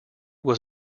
was